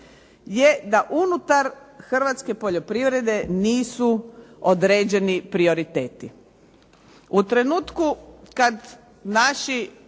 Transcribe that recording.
je da unutar hrvatske poljoprivrede nisu određeni prioriteti. U trenutku kad naši